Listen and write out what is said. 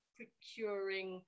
procuring